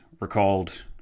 recalled